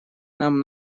нам